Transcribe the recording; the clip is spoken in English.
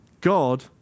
God